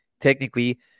technically